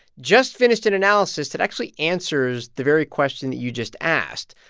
just finished an analysis that actually answers the very question that you just asked.